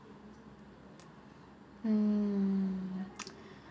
mm